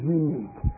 unique